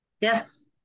Yes